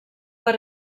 per